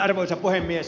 arvoisa puhemies